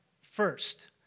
first